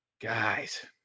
guys